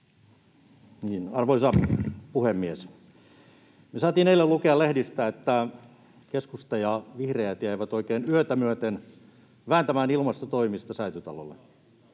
Arvoisa puhemies! Me saatiin eilen lukea lehdistä, että keskusta ja vihreät jäivät oikein yötä myöten vääntämään ilmastotoimista Säätytalolle.